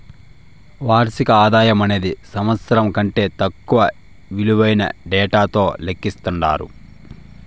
వార్షిక ఆదాయమనేది సంవత్సరం కంటే తక్కువ ఇలువైన డేటాతో లెక్కిస్తండారు